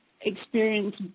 experience